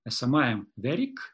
esamajam veryk